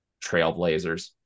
Trailblazers